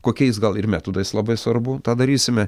kokiais gal ir metodais labai svarbu tą darysime